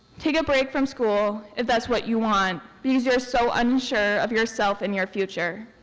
take a break from school if that's what you want because you're so unsure of yourself and your future.